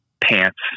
pants